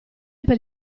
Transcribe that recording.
per